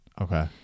Okay